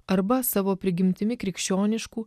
arba savo prigimtimi krikščioniškų